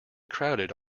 crowded